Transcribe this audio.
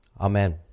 Amen